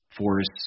forests